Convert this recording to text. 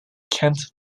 kent